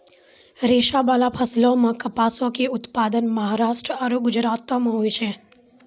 रेशाबाला फसलो मे कपासो के उत्पादन महाराष्ट्र आरु गुजरातो मे होय छै